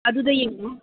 ꯑꯗꯨꯗ ꯌꯦꯡꯉꯨ